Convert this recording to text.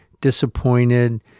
disappointed